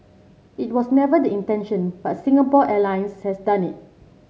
it was never the intention but Singapore Airlines has done it